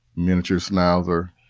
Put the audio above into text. miniature schnauzer,